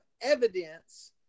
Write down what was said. evidence